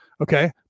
Okay